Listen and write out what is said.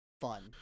fun